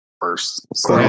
first